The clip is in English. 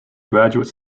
graduate